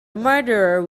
murderer